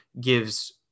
gives